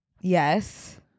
yes